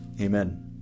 Amen